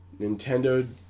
Nintendo